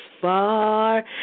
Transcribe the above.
far